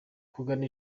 kugana